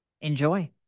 Enjoy